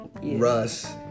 Russ